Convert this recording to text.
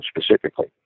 specifically